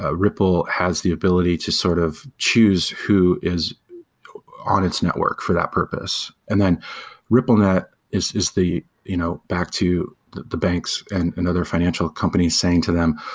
ah ripple has the ability to sort of choose who is on its network for that purpose. and then ripple net is is the you know back to the banks and and other financial companies saying to them,